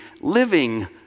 living